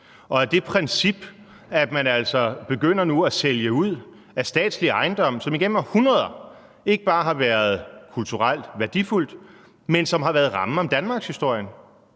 af det princip, at man altså nu begynder at sælge ud af statslige ejendomme, som igennem århundreder ikke bare har været kulturelt værdifulde, men som har været rammen om danmarkshistorien.